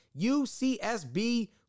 UCSB